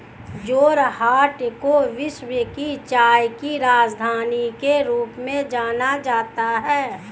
जोरहाट को विश्व की चाय की राजधानी के रूप में जाना जाता है